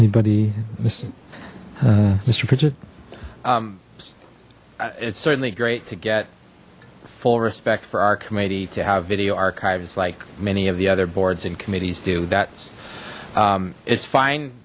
pritchett it's certainly great to get full respect for our committee to have video archives like many of the other boards and committees do that's it's fine